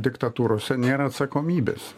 diktatūrose nėra atsakomybės